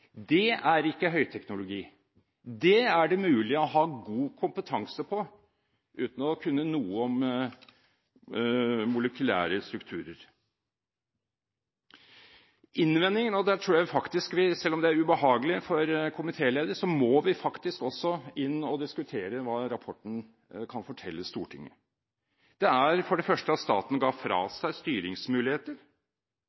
forarbeidet, er ikke høyteknologi. Det er det mulig å ha god kompetanse på uten å kunne noe om molekylære strukturer. Innvendingen er for det første – og der tror jeg, selv om det er ubehagelig for komitéleder, vi faktisk også må gå inn i rapporten og diskutere hva den kan fortelle Stortinget – at staten paradoksalt nok ga fra